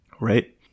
Right